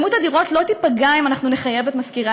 מספר הדירות לא ייפגע אם אנחנו נחייב את משכירי